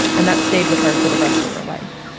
and that stayed with her for the rest of her life